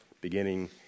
beginning